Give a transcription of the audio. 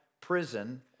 prison